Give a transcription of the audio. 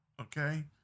Okay